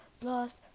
Plus